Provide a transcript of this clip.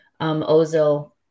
ozil